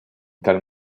tal